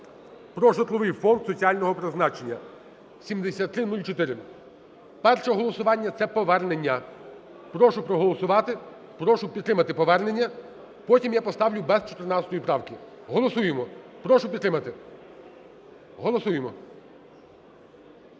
"Про житловий фонд соціального призначення" (7304). Перше голосування – це повернення. Прошу проголосувати. Прошу підтримати повернення. Потім я поставлю без 14 правки. Голосуємо. Прошу підтримати. Голосуємо.